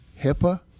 HIPAA